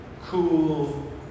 cool